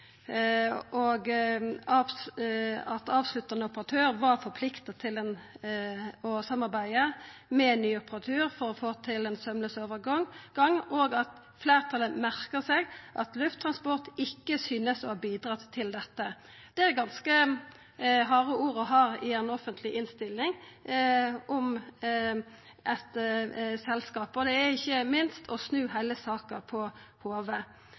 og at avsluttande operatør var forplikta til å samarbeida med ny operatør for å få til ein saumlaus overgang, og at fleirtalet merkar seg at Lufttransport ikkje synest å ha bidratt til dette. Det er ganske harde ord i ei offentleg innstilling om eit selskap, og det er ikkje minst å snu heile saka på